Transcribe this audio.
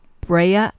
Brea